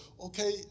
okay